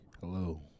hello